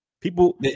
People